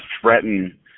threaten